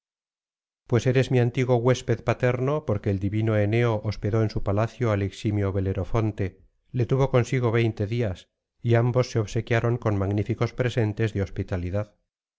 pues eres mi antiguo huésped paterno porque el divino éneo hospedó en su palacio al eximio belerofonte le tuvo consigo veinte días y ambos se obsequiaron con magníficos presentes de hospitalidad